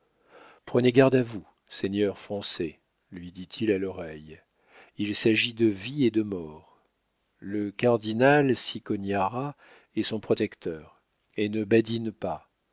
prenez garde à vous seigneur français lui dit-il à l'oreille il s'agit de vie et de mort le cardinal cicognara est son protecteur et ne badine pas